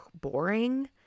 boring